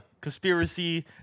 conspiracy